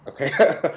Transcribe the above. okay